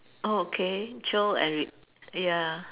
oh okay chill and re~ ya